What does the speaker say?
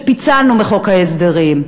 שפיצלנו מחוק ההסדרים,